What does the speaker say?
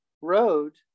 road